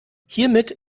hiermit